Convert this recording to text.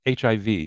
HIV